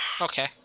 Okay